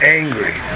angry